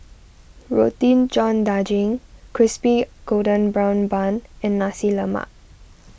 Roti John Daging Crispy Golden Brown Bun and Nasi Lemak